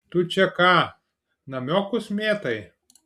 tu čia ką namiokus mėtai